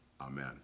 amen